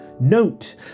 Note